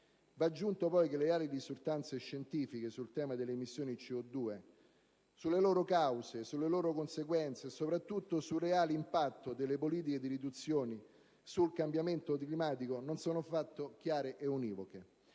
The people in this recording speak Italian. Va aggiunto poi che le reali risultanze scientifiche sul tema delle emissioni di C02, sulle loro cause, sulle loro conseguenze e soprattutto sul reale impatto delle politiche di riduzione sul cambiamento climatico non sono affatto chiare e univoche.